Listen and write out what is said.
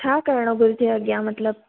छा करिणो घुर्जे अॻियां मतलबु